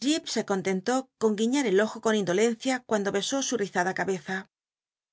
j ip se contentó con guiñar el ojo con indolencia cuando hesó su rizada cabeza